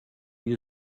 you